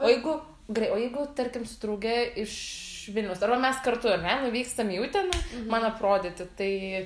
o jeigu gerai o jeigu tarkim su drauge iš vilniaus arba mes kartu a ne nuvykstam į uteną man aprodyti tai